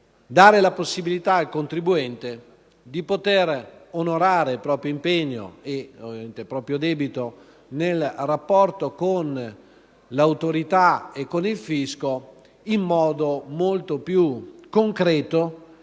dare la possibilità al contribuente di poter onorare il proprio impegno, il proprio debito, nel rapporto con l'autorità e con il fisco in modo molto più concreto